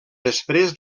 després